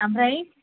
ओमफ्राय